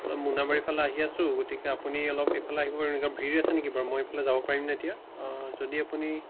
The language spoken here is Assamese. মোনাবাৰীৰ ফালে আহি আছোঁ গতিকে আপুনি অলপ এইফালে আহিব পাৰিব নেকি ভিৰ আছে নেকি বাৰু মই এইফালে যাব পাৰিমনে এতিয়া যদি আপুনি